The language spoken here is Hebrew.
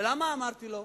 למה אמרתי לו?